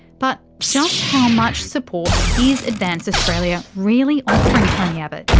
but just how much support is advance australia really offering tony abbott?